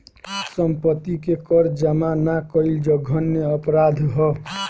सम्पत्ति के कर जामा ना कईल जघन्य अपराध ह